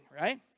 right